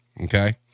okay